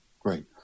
Great